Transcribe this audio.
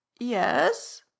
Yes